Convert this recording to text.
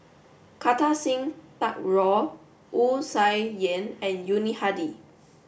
Kartar Singh Thakral Wu Tsai Yen and Yuni Hadi